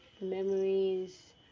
memories